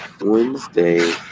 Wednesday